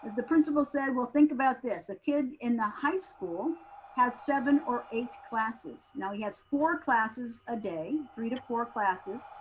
the principal said, well, think about this. a kid in the high school has seven or eight classes. now he has four classes a day, three to four classes.